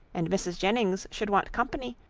and mrs. jennings should want company,